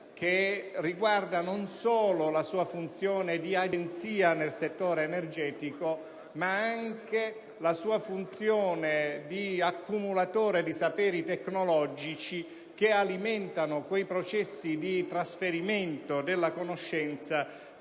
che riguarda non solo la sua funzione di agenzia del settore energetico, ma anche la sua funzione di accumulatore di saperi tecnologici che alimentano quei processi di trasferimento della conoscenza